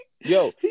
Yo